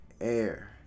air